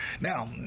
Now